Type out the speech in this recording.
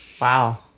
Wow